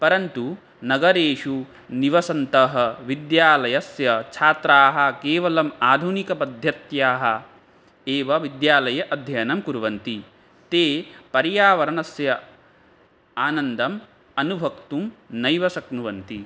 परन्तु नगरेषु निवसन्तः विद्यालयस्य छात्राः केवलम् आधुनिकपद्धत्याः एव विद्यालय अध्ययनं कुर्वन्ति ते पर्यावरणस्य आनन्दम् अनुभवतुं नैव शक्नुवन्ति